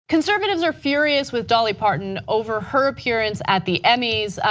conservatives are furious with dolly parton over her appearance at the emmys.